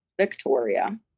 Victoria